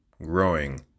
Growing